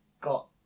got